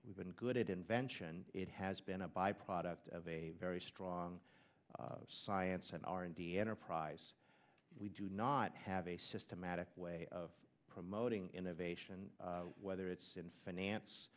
we've been good at invention it has been a byproduct of a very strong science and r and d enterprise we do not have a systematic way of promoting innovation whether it's in finance